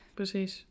precies